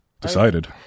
decided